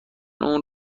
اون